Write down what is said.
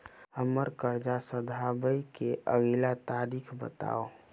हम्मर कर्जा सधाबई केँ अगिला तारीख बताऊ?